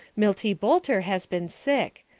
milty boulter has been sick.